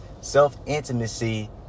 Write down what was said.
self-intimacy